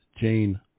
Jane